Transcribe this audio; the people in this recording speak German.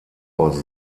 aus